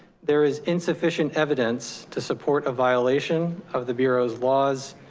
there is insufficient evidence to support a violation of the bureau's laws,